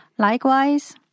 Likewise